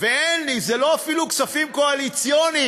ואין לי, זה אפילו לא כספים קואליציוניים.